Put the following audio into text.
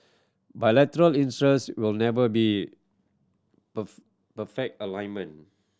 bilateral interest will never be perfect